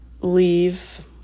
leave